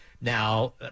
now